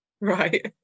right